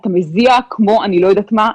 אתה מזיע כמו אני לא יודעת מה.